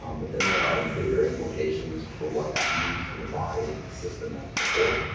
um but then there are bigger implications for what that means for the body and the system as a whole,